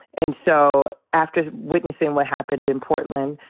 and so after witnessing what happened in portland,